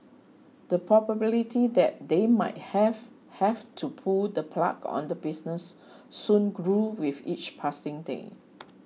the probability that they might have have to pull the plug on the business soon grew with each passing day